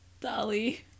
Dolly